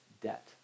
debt